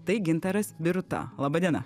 tai gintaras biruta laba diena